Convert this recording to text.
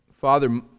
Father